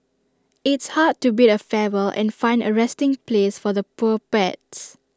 it's hard to bid A farewell and find A resting place for the poor pets